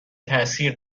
تاثیر